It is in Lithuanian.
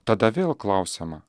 tada vėl klausiama